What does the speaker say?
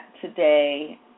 today